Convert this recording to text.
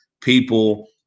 people